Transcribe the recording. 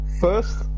First